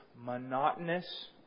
monotonous